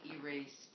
erased